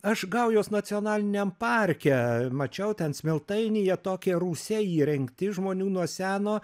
aš gaujos nacionaliniam parke mačiau ten smiltainyje tokie rūsiai įrengti žmonių nuo seno